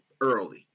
early